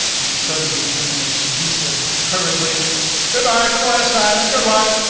in sudden determination, he said hurriedly good-by for the last time, and good luck.